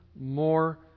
more